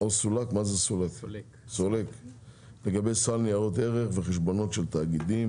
סולק לגבי סל ניירות ערך וחשבונות של תאגידים),